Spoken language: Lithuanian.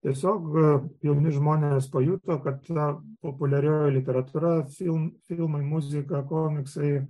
tiesiog jauni žmonės pajuto kad na populiarioji literatūra filmai filmai muzika komiksai